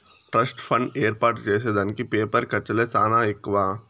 trust fund ఏర్పాటు చేసే దానికి పేపరు ఖర్చులే సానా ఎక్కువ